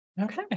Okay